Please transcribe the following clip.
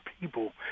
people